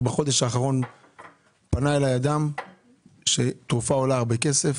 רק בחודש האחרון פנה אלי אדם ואמר שהתרופה עולה הרבה כסף.